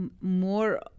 more